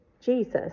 Jesus